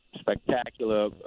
spectacular